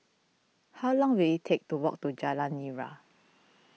how long will it take to walk to Jalan Nira